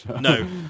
no